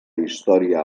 història